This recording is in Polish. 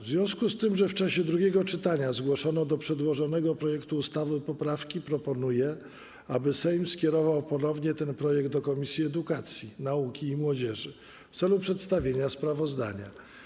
W związku z tym, że w czasie drugiego czytania zgłoszono do przedłożonego projektu ustawy poprawki, proponuję, aby Sejm skierował ponownie ten projekt do Komisji Edukacji, Nauki i Młodzieży w celu przedstawienia sprawozdania.